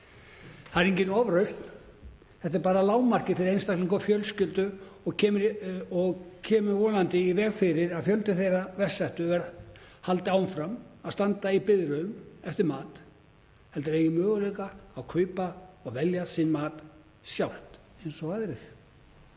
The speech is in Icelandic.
Það er engin ofrausn, þetta er bara lágmarkið fyrir einstaklinga og fjölskyldur og kemur vonandi í veg fyrir að fjöldi þeirra verst settu haldi áfram að standa í biðröðum eftir mat heldur eigi möguleika á að kaupa og velja sinn mat sjálft eins og aðrir.